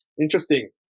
Interesting